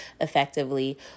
effectively